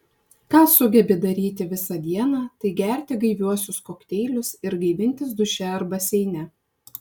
ką sugebi daryti visą dieną tai gerti gaiviuosius kokteilius ir gaivintis duše ar baseine